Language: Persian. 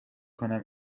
کنم